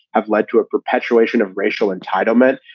have led to a perpetuation of racial entitlement,